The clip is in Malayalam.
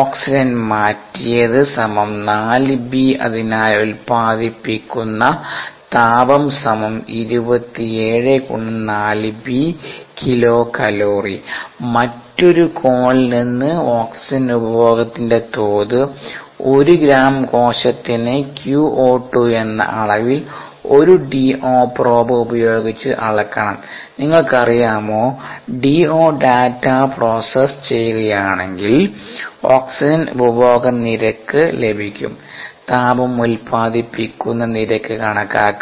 ഓക്സിജൻ മാറ്റിയത് 4b അതിനാൽ ഉൽപാദിപ്പിക്കുന്ന താപം 27 മറ്റൊരു കോണിൽ നിന്ന് ഓക്സിജൻ ഉപഭോഗത്തിന്റെ തോത് ഒരു ഗ്രാം കോശത്തിന് qo2 എന്ന അളവിൽ ഒരു DO പ്രോബ് ഉപയോഗിച്ച് അളക്കണം നിങ്ങൾക്കറിയാമോ DO ഡാറ്റ പ്രോസസ്സ് ചെയ്യുകയാണെങ്കിൽ ഓക്സിജൻ ഉപഭോഗ നിരക്ക് ലഭിക്കും താപം ഉൽപാദിപ്പിക്കുന്ന നിരക്ക് കണക്കാക്കാം